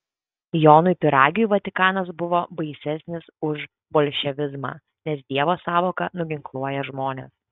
jonui pyragiui vatikanas buvo baisesnis už bolševizmą nes dievo sąvoka nuginkluoja žmones